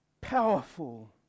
powerful